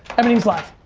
everything's live.